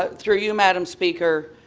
but through you, madam speaker?